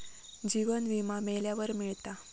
जीवन विमा मेल्यावर मिळता